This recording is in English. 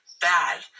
bad